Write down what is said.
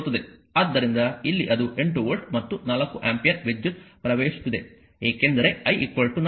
ಆದ್ದರಿಂದ ಇಲ್ಲಿ ಅದು 8 ವೋಲ್ಟ್ ಮತ್ತು 4 ಆಂಪಿಯರ್ ವಿದ್ಯುತ್ ಪ್ರವೇಶಿಸುತ್ತಿದೆ ಏಕೆಂದರೆ I 4